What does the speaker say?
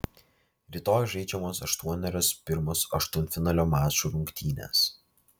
rytoj žaidžiamos aštuonerios pirmos aštuntfinalio mačų rungtynės